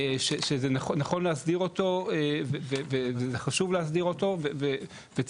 שזה נכון להסדיר אותו וזה חשוב להסדיר אותו וצריך